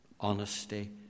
honesty